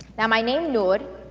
now my name, noor,